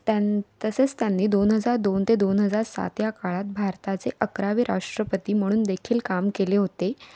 त्यां तसेच त्यांनी दोन हजार दोन ते दोन हजार सात या काळात भारताचे अकरावे राष्ट्रपती म्हणून देखील काम केले होते